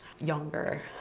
younger